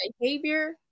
Behavior